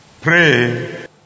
pray